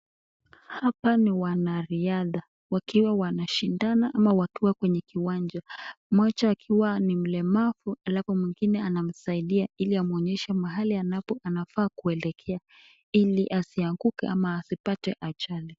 Hapa ni wanarihada wakiwa wanashidana ama wakiwa kwenye kiwanja moja akiwa ni mlemafu na mwingine anamsaidia mahali hambapo anafaa kuelekea hili hasianguke ama apate ajali.